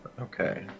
Okay